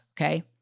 okay